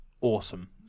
awesome